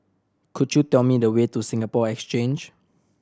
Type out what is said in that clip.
could you tell me the way to Singapore Exchange